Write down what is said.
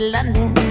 London